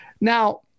Now